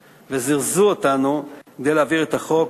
וזירזו אותנו כדי להעביר את החוק.